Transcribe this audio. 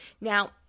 Now